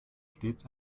stets